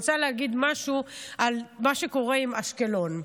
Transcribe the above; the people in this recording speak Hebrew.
אני רוצה להגיד משהו על מה שקורה עם אשקלון.